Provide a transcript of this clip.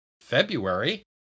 February